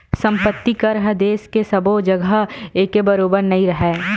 संपत्ति कर ह देस के सब्बो जघा एके बरोबर नइ राहय